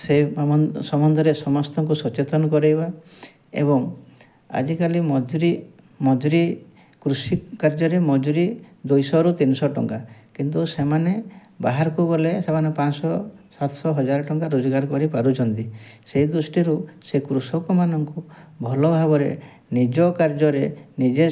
ସେଇ ସମ୍ୱନ୍ଧରେ ସମସ୍ତଙ୍କୁ ସଚେତନ କରେଇବା ଏବଂ ଆଜିକାଲି ମଜୁରି ମଜୁରି କୃଷି କାର୍ଯ୍ୟରେ ମଜୁରି ଦୁଇଶହରୁ ତିନିଶହ ଟଙ୍କା କିନ୍ତୁ ସେମାନେ ବାହାରକୁ ଗଲେ ସେମାନେ ପାଞ୍ଚ ଶହ ସାତଶହ ହଜାରେ ଟଙ୍କା ରୋଜଗାର କରିପାରୁଛନ୍ତି ସେଇ ଦୃଷ୍ଟିରୁ ସେ କୃଷକ ମାନଙ୍କୁ ଭଲ ଭାବରେ ନିଜ କାର୍ଯ୍ୟରେ ନିଜେ